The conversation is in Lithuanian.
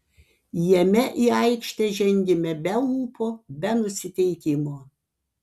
jame į aikštę žengėme be ūpo be nusiteikimo